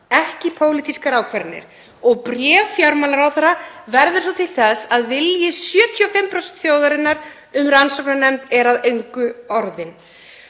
ekki pólitískar ákvarðanir. Bréf fjármálaráðherra verður svo til þess að vilji 75% þjóðarinnar um rannsóknarnefnd er að engu orðinn.